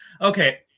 okay